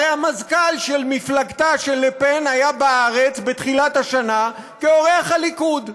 הרי המזכ"ל של מפלגתה של לה פן היה בארץ בתחילת השנה כאורח הליכוד.